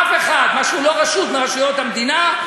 אף אחד, מה שהוא לא רשות מרשויות המדינה,